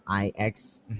IX